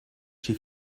she